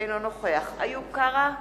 אינו נוכח איוב קרא,